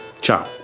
Ciao